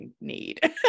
need